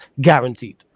guaranteed